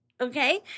okay